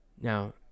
now